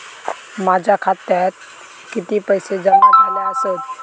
माझ्या खात्यात किती पैसे जमा झाले आसत?